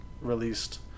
released